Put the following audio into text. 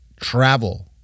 travel